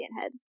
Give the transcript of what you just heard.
head